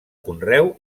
conreu